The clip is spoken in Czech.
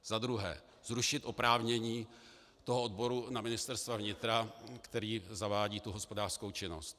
Za druhé zrušit oprávnění toho odboru na Ministerstvu vnitra, který zavádí hospodářskou činnost.